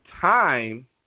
time